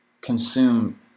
consume